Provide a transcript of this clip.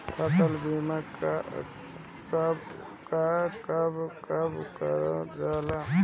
फसल बीमा का कब कब करव जाला?